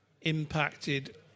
impacted